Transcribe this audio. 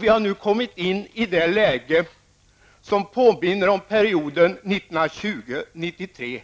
Vi har nu kommit i ett läge som påminner om perioden från 1920 och en tid framåt,